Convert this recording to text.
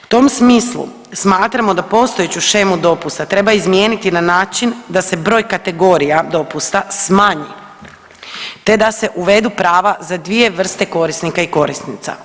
U tom smislu smatramo da postojeću shemu dopusta treba izmijeniti na način da se broj kategorija dopusta smanji te da se uvedu prava za 2 vrste korisnika i korisnicima.